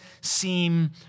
seem